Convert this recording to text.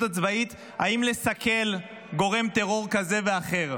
הצבאית אם לסכל גורם טרור כזה ואחר.